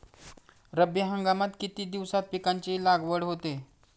रब्बी हंगामात किती दिवसांत पिकांची लागवड होते?